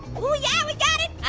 oh yeah, we got it!